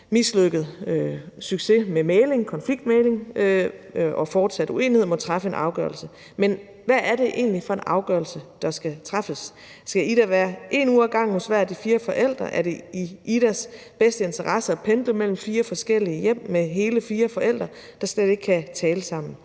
manglende succes med konfliktmægling og fortsat uenighed må træffe en afgørelse. Men hvad er det egentlig for en afgørelse, der skal træffes? Skal Ida være 1 uge ad gangen hos hver af de fire forældre? Er det i Idas bedste interesse at pendle mellem fire forskellige hjem med hele fire forældre, der slet ikke kan tale sammen?